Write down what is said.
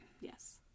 yes